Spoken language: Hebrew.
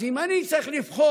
אז אם אני צריך לבחור,